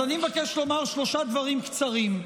אז אני מבקש לומר שלושה דברים קצרים: